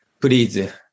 please